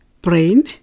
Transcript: brain